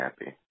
happy